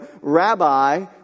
Rabbi